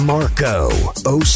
Marco